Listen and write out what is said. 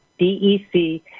DEC